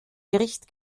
gericht